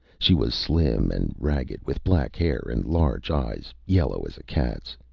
she was slim and ragged, with black hair and large eyes yellow as a cat's.